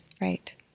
right